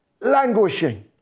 languishing